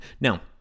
Now